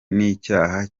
n’icyaha